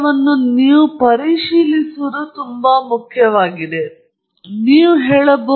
ಈ ಎಲ್ಲ ಹಂತಗಳು ಸಾಧ್ಯ ನೀವು ಅವರಿಗೆ ಎಚ್ಚರವಾಗಿರಬೇಕು ಅವುಗಳ ಬಗ್ಗೆ ಯೋಚಿಸಿ ಮತ್ತು ನಂತರ ನಿಮ್ಮ ಪ್ರಾಯೋಗಿಕ ಸೆಟಪ್ನಲ್ಲಿ ಅವುಗಳನ್ನು ಜಾರಿಗೊಳಿಸಬೇಕು